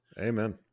Amen